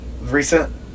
recent